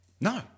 No